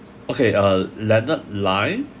okay uh leonard Lai